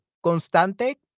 Constante